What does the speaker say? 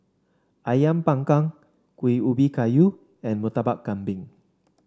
ayam panggang Kuih Ubi Kayu and Murtabak Kambing